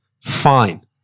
fine